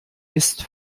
ist